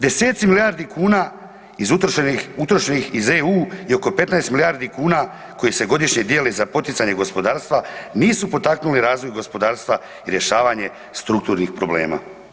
Deseci milijardi kuna utrošenih iz EU je oko 15 milijardi kuna koji se godišnje dijele za poticanje gospodarstva, nisu potaknuli razvoj gospodarstva i rješavanje strukturnih problema.